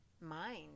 mind